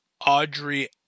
Audrey